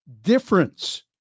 difference